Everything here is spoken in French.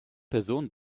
personne